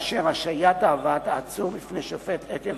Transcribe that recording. באשר השהיית הבאת העצור בפני שופט עקב